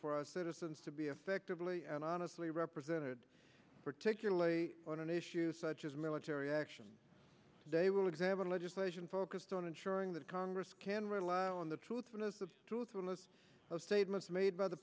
for us citizens to be effectively and honestly represented particularly on issues such as military action today will examine legislation focused on ensuring that congress can rely on the truthfulness of statements made by the